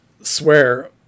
swear